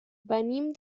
venim